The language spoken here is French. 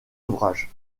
ouvrages